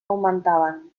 augmentaven